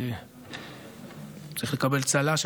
הוא צריך לקבל צל"ש,